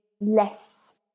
less